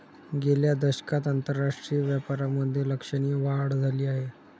गेल्या दशकात आंतरराष्ट्रीय व्यापारामधे लक्षणीय वाढ झाली आहे